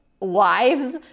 wives